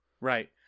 Right